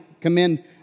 commend